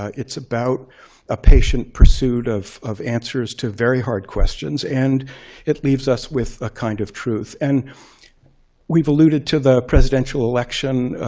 ah it's about a patient pursuit of of answers to very hard questions. and it leaves us with a kind of truth. and we've alluded to the presidential election.